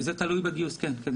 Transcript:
זה תלוי בגיוס, כן.